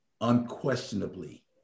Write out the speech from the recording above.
unquestionably